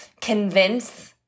convince